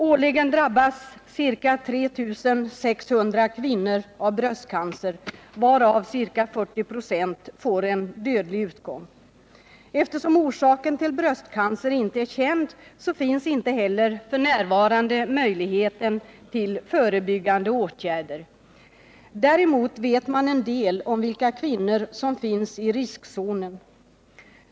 Årligen drabbas ca 3 600 kvinnor av bröstcancer och ca 40 96 av fallen får dödlig utgång. Eftersom orsaken till bröstcancer inte är känd, finns inte heller f. n. möjligheten till förebyggande åtgärder. Däremot vet man en del om vilka kvinnor som är i riskzonen.